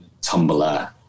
tumblr